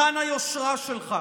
היכן היושרה שלך,